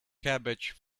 cabbage